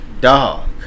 Dog